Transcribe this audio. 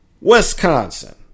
Wisconsin